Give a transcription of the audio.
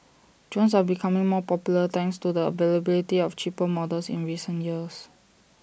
drones are becoming more popular thanks to the availability of cheaper models in recent years